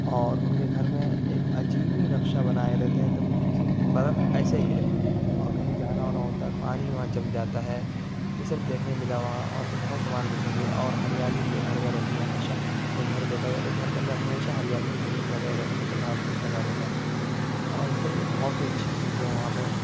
اور ان کے گھر میں ایک عجیب ہی نقشہ بنائے رہتے ہیں ایک دم کیونکہ برف ایسے گرے اور کہیں جانا وانا ہوتا ہے پانی وہاں جم جاتا ہے یہ سب دیکھنے ملا وہاں اور بھی بہت سامان دیکھنے کے لیے اور ہریالی ان کے گھر میں رہتی ہے ہمیشہ گھر دیکھا جائے تو گھر کے اندر ہمیشہ ہریالی کی زمین لگائے رہتا ہے مطلب گھاس پھوس لگائے رہتا ہے اور اس طرح کے بہت سی اچھی چیزیں ہیں وہاں پہ